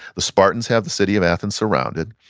the spartans have the city of athens surrounded,